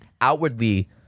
outwardly